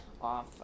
off